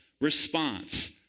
response